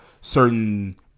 certain